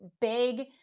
big